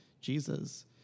Jesus